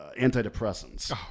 antidepressants